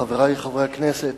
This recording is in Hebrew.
חברי חברי הכנסת,